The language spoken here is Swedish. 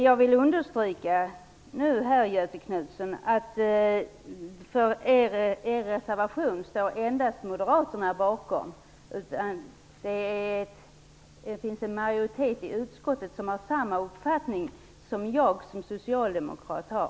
Jag vill här understryka, Göthe Knutson, att bakom moderaternas reservation står endast moderaterna, och det finns en majoritet i utskottet som har samma uppfattning som jag som socialdemokrat har.